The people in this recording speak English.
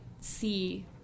see